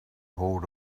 hold